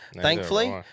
thankfully